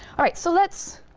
all right, so let's